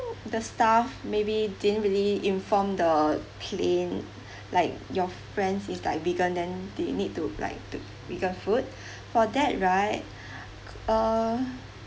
the staff maybe didn't really inform the plane like your friends is like vegan then they need to like to vegan food for that right uh